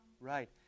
Right